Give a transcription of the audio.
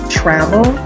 travel